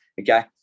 okay